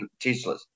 Teslas